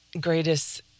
greatest